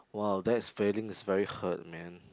!wow! that's feeling is very hurt man